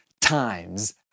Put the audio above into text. times